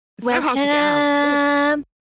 Welcome